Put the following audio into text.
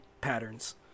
patterns